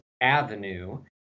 avenue